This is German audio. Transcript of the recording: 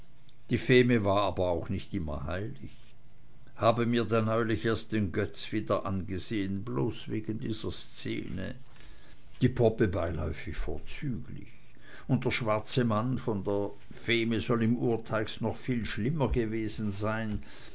die feme war aber auch nicht immer heilig habe mir da neulich erst den götz wieder angesehn bloß wegen dieser szene die poppe beiläufig vorzüglich und der schwarze mann von der feme soll im urtext noch viel schlimmer gewesen sein